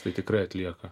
tai tikrai atlieka